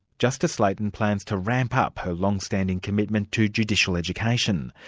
justice layton plans to ramp up her long-standing commitment to judicial education.